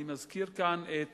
אני מזכיר כאן את